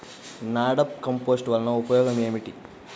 NADEP compost వలన ఉపయోగం ఏమిటి?